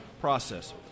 process